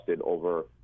over